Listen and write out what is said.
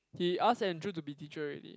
he asked Andrew to be teacher already